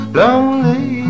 lonely